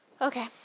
Okay